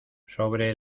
sobre